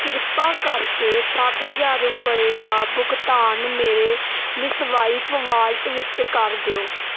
ਕਿਰਪਾ ਕਰਕੇ ਸੱਠ ਹਜ਼ਾਰ ਰੁਪਏ ਦਾ ਭੁਗਤਾਨ ਮੇਰੇ ਮਿਸਵਾਇਪ ਵਾਲਟ ਵਿੱਚ ਕਰ ਦਿਓ